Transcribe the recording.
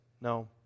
No